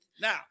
Now